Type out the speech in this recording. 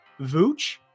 Vooch